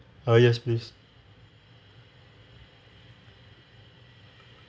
err yes please